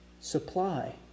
supply